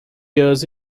years